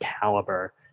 caliber